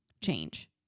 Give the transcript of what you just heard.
change